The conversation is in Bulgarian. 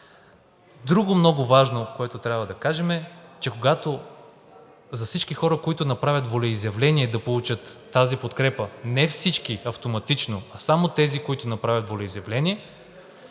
Друго много важно, което трябва да кажем, е, че когато за всички хора, които направят волеизявление да получат тази подкрепа, не всички автоматично, а само тези, които направят волеизявление,